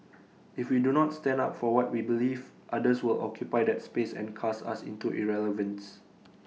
if we do not stand up for what we believe others will occupy that space and cast us into irrelevance